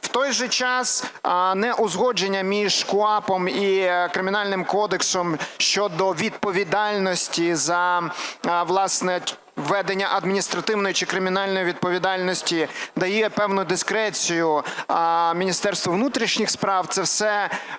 У той же час неузгодження між КУАП і Кримінальним кодексом щодо відповідальності за, власне, введення адміністративної чи кримінальної відповідальності дає певну дискрецію Міністерству внутрішніх справ.